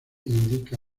indica